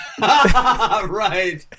Right